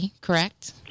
correct